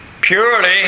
Purely